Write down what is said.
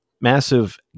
massive